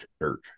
church